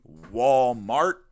Walmart